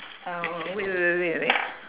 uh wait wait wait wait wait